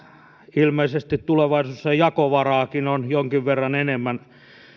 ilmeisesti tulevaisuudessa jakovaraakin on jonkin verran enemmän